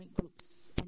groups